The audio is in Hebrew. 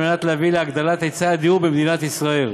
להביא להגדלת היצע הדיור במדינת ישראל